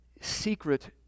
Secret